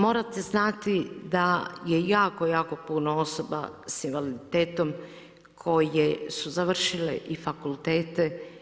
Morate znati da je jako, jako puno osoba sa invaliditetom koje su završile i fakultete.